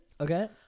Okay